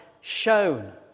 shown